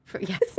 yes